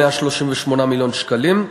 138 מיליון שקלים,